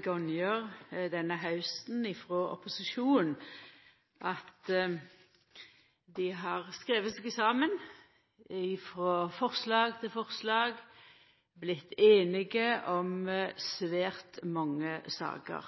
gonger denne hausten hevda at dei har skrive seg saman, frå forslag til forslag. Dei har vorte einige om svært mange saker.